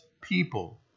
people